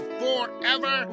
forever